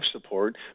support